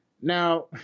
Now